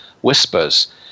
whispers